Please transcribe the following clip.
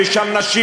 ויש שם נשים,